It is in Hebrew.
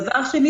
דבר שני,